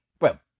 Well